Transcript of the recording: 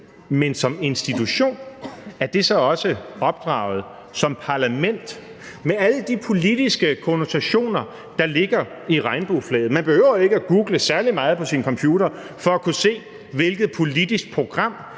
en institution, for et parlament, med alle de politiske konnotationer, der ligger i regnbueflaget? Man behøver ikke google særlig meget på sin computer for at kunne se, hvilket politisk program